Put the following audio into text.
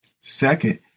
Second